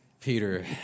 Peter